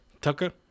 Tucker